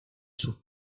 sus